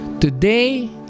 today